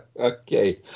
Okay